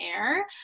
air